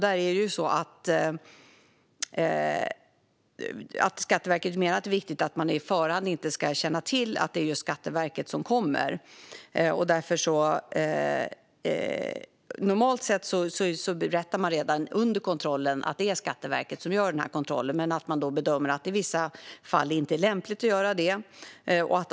Skatteverket menar att det är viktigt att handlarna i förhand inte ska känna till att det är just Skatteverket som kommer. Normalt sett berättar man redan under kontrollen att det är Skatteverket som gör kontrollen. Men i vissa fall bedömer man att det inte är lämpligt att göra det.